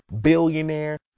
billionaire